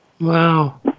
Wow